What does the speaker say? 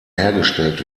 hergestellt